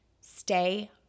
stay